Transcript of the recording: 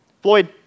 Floyd